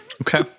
Okay